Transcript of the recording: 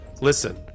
listen